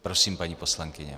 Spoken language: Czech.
Prosím, paní poslankyně.